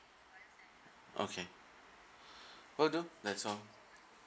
okay will do that's all